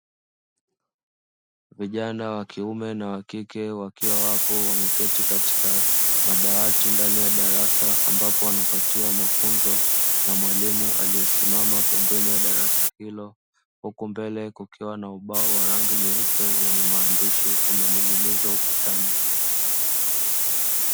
Vijana wa kiume na wa kike wakiwa wapo wameketi katika madawati ndani ya darasa, ambapo wanapatiwa mafunzo na mwalimu aliyesimama pembeni ya darasa hilo, huku mbele kukiwa na ubao wa rangi nyeupe wenye maandishi, umening'inizwa ukutani.